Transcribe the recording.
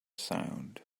sound